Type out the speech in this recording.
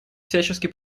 всячески